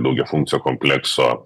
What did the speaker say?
daugiafunkcio komplekso